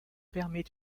permet